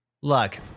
look